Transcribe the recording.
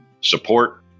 support